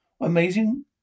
Amazing